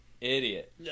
idiot